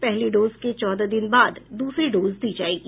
पहली डोज के चौदह दिन बाद दूसरी डोज दी जायेगी